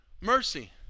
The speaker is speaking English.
mercy